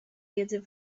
wiedzy